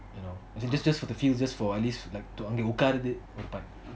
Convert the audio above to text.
you know as in just just for the feels for at least அங்க உகரது ஒரு:anga ukarathu oru